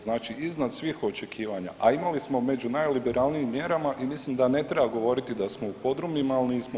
Znači iznad svih očekivanja, a imali smo među najliberalnijim mjerama i mislim da ne treba govoriti da smo u podrumima, ali nismo u podrumima.